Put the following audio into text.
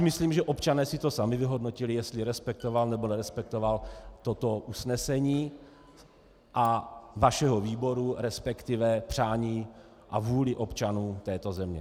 Myslím si, že občané si to sami vyhodnotili, jestli respektoval, nebo nerespektoval toto usnesení vašeho výboru, resp. přání a vůli občanů této země.